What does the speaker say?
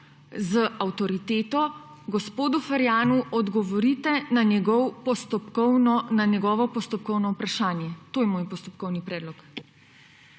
z avtoriteto gospodu Ferjanu odgovorite na njegovo postopkovno vprašanje. To je moj postopkovni predlog.